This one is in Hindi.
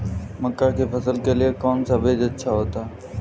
मक्का की फसल के लिए कौन सा बीज अच्छा होता है?